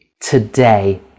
today